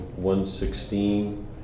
116